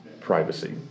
privacy